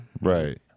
Right